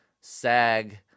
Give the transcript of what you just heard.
sag